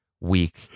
week